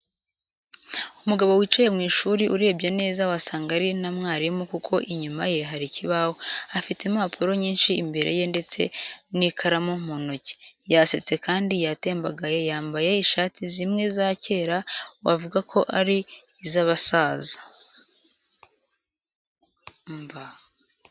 Umugabo wicaye mu ishuri, urebye neza wasanga ari na mwarimu kuko inyuma ye hari ikibaho, afite impapuro nyinshi imbere ye ndetse n'ikaramu mu ntoki, yasetse kandi yatembagaye yambaye ishati zimwe za kera wavuga ko ari iz'abasaza.